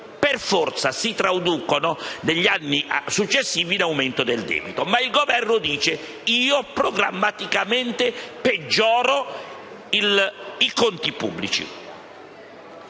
per forza si traduce negli anni successivi in aumento del debito. Ma il Governo dice che, programmaticamente, si peggiorano i conti pubblici.